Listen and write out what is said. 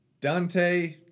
Dante